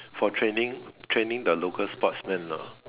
for training training the local sportsman ah